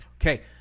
okay